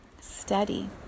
steady